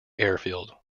airfield